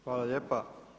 Hvala lijepa.